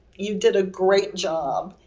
you did a great job.